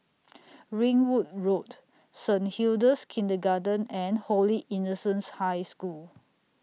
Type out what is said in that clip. Ringwood Road Saint Hilda's Kindergarten and Holy Innocents' High School